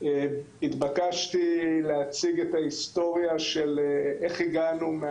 התבקשתי להציג את ההיסטוריה איך הגענו,